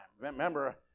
Remember